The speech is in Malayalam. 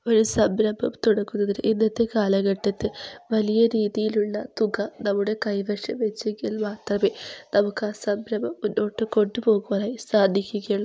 ഒരു സംരംഭം തുടങ്ങുന്നതിന് ഇന്നത്തെ കാലഘട്ടത്തിൽ വലിയ രീതിയിലുള്ള തുക നമ്മുടെ കൈവശം വച്ചെങ്കിൽ മാത്രമേ നമുക്ക് ആ സംരംഭം മുന്നോട്ട് കൊണ്ടുപോകുവാനായി സാധിക്കയുള്ളൂ